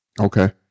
Okay